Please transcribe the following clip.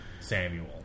Samuel